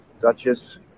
Duchess